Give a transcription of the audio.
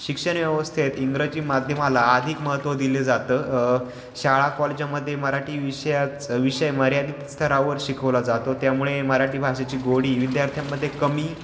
शिक्षणव्यवस्थेत इंग्रजी माध्यमाला अधिक महत्त्व दिले जातं शाळा कॉलेजामध्ये मराठी विषयाच विषय मर्यादित स्तरावर शिकवला जातो त्यामुळे मराठी भाषेची गोडी विद्यार्थ्यांमध्ये कमी